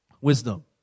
wisdom